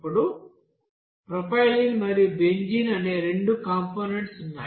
ఇప్పుడు ప్రొపైలిన్ మరియు బెంజీన్ అనే రెండు కంపోనెంట్స్ ఉన్నాయి